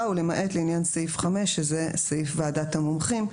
ולמעט לעניין סעיף 5." זה סעיף ועדת המומחים,